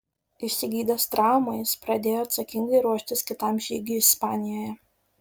išsigydęs traumą jis pradėjo atsakingai ruoštis kitam žygiui ispanijoje